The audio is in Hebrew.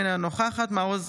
אינה נוכחת אבי מעוז,